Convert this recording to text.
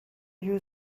you